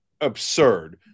absurd